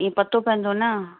ईअं पतो पवंदो न